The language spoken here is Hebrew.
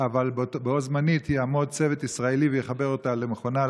אבל בו זמנית יעמוד צוות ישראלי ויחבר אותה למכונה,